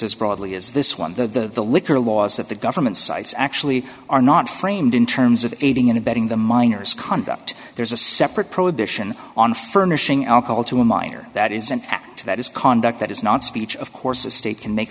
as broadly as this one the the liquor laws that the government cites actually are not framed in terms of aiding and abetting the minors conduct there's a separate prohibition on furnishing alcohol to a minor that is an act that is conduct that is not speech of course the state can make